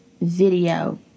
video